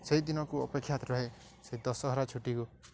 ସେଇଦିନକୁ ଅପେକ୍ଷା ତ ରୁହେ ସେ ଦଶହରା ଛୁଟିକୁ